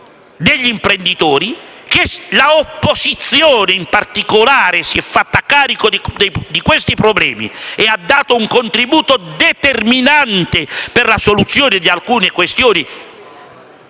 degli imprenditori; che l'opposizione, in particolare, si sia fatta carico di questi problemi, dando un contributo determinante per la soluzione di alcune questioni